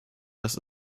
das